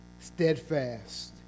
steadfast